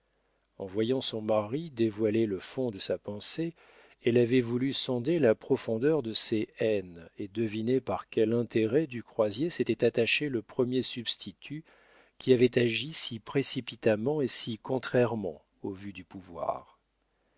en voyant son mari dévoiler le fond de sa pensée elle avait voulu sonder la profondeur de ces haines et deviner par quel intérêt du croisier s'était attaché le premier substitut qui avait agi si précipitamment et si contrairement aux vues du pouvoir